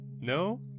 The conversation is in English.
No